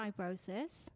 fibrosis